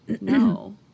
No